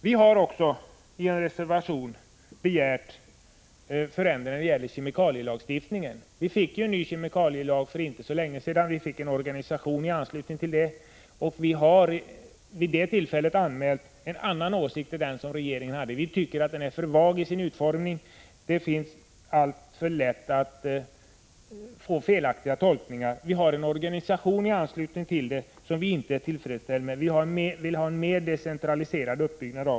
Vi har också i en reservation begärt förändringar i kemikalielagstiftningen. Vi fick en ny kemikalielag för inte så länge sedan och en organisation i anslutning till detta. Vi anmälde vid det tillfället en annan åsikt än regeringen. Vi tycker att lagen är för vag i sin utformning. Det leder alltför lätt till felaktiga tolkningar. Den organisation som vi har i anslutning till detta är vi inte tillfredsställda med. Vi vill ha en mera decentraliserad uppbyggnad.